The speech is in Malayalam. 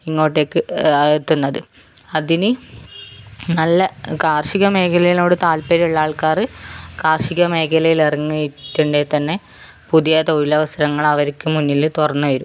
ഇങ്ങോട്ടേക്ക് അയക്കുന്നത് അതിന് നല്ല കാർഷിക മേഖലയോട് താല്പര്യമുള്ള ആൾക്കാര് കാർഷിക മേഖലയിൽ ഇറങ്ങിയിട്ടുണ്ടേൽ തന്നെ പുതിയ തൊഴിലവസരങ്ങൾ അവർക്ക് മുന്നില് തുറന്ന് വരും